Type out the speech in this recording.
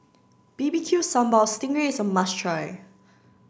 B B Q sambal sting ray is a must try